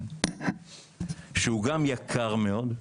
שהוא גם יקר מאוד.